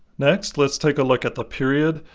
next let's take a look at the period,